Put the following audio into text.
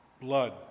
blood